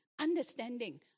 understanding